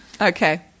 Okay